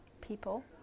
people